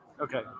okay